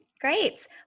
Great